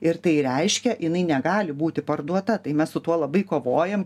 ir tai reiškia jinai negali būti parduota tai mes su tuo labai kovojam